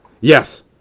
Yes